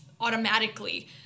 automatically